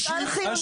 אנחנו מפעל חיוני.